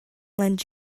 lend